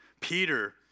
Peter